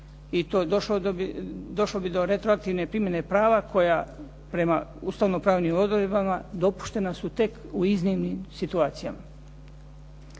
I to došlo bi do retroaktivne primjene prava koja prema ustavno pravnim odredbama dopuštena su tek u iznimnim situacijama.